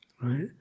right